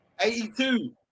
82